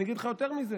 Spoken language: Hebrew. אני אגיד לך יותר מזה.